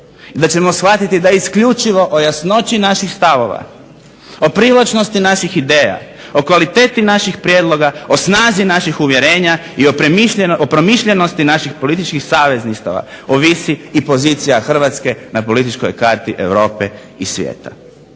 Da ćemo shvatiti da isključivo o jasnoći naših stavova, o privlačnosti naših ideja, o kvaliteti naših prijedloga, o snazi naših uvjerenja, i o promišljenosti naših političkih savezništava ovisi i pozicija Hrvatske na političkoj karti Europe i svijeta.